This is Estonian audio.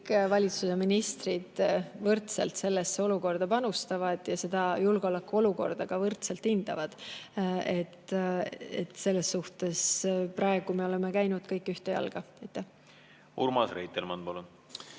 kõik valitsuse ministrid võrdselt sellesse olukorda panustavad ja seda julgeolekuolukorda ka võrdselt hindavad. Selles suhtes praegu me oleme käinud kõik ühte jalga. Aitäh! See